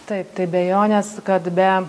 taip tai abejonės kad be